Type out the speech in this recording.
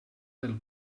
del